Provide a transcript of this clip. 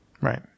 right